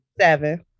Seven